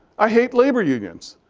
i hate labor unions.